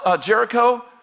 Jericho